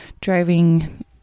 driving